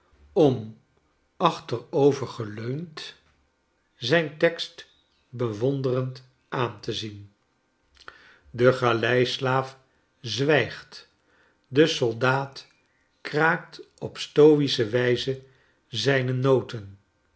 om achterovergeleund zijn tekst bewonderend aan te zien de galeislaaf zwijgt de soldaat kraakt op stoische wijze zijne noten